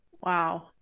Wow